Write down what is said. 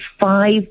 five